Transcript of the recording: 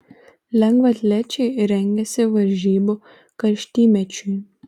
lengvaatlečiai rengiasi varžybų karštymečiui